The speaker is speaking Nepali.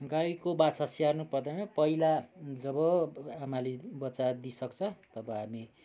गाईको बाछा स्याहार्नु पर्दैन पहिला जब आमाले बच्चा दिइसक्छ तब हामी